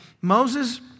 Moses